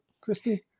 Christy